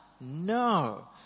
No